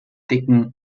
dicken